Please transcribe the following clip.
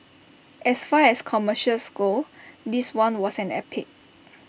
as far as commercials go this one was an epic